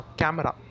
camera